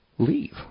Leave